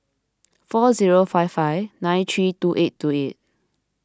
four zero five five nine three two eight two eight